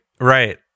right